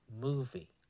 movie